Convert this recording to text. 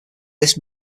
this